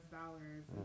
dollars